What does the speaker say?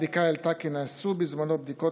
הבדיקה העלתה כי נעשו בזמנו בדיקות